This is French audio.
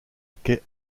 quai